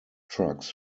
trucks